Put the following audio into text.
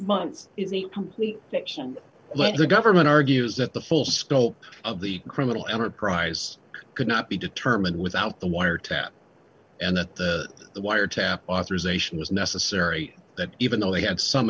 months is a complete fiction let the government argues that the full scope of the criminal enterprise could not be determined without the wiretap and that the wiretap authorization was necessary that even though they had some